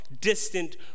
distant